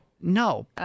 No